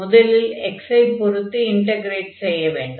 முதலில் x ஐ பொருத்து இன்டக்ரேட் செய்ய வேண்டும்